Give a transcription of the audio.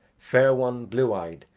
fair one, blue-eyed,